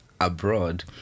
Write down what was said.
abroad